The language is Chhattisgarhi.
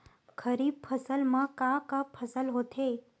खरीफ फसल मा का का फसल होथे?